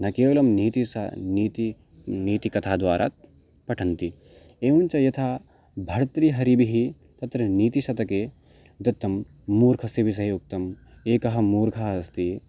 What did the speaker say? न केवलं नीतिः सा नीतिः नीतिकथा द्वारा पठन्ति एवं च यथा भर्तृहरिभिः तत्र नीतिशतके दत्तं मूर्खस्य विषये उक्तम् एकः मूर्खः अस्ति